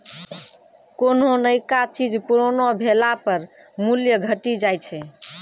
कोन्हो नयका चीज पुरानो भेला पर मूल्य घटी जाय छै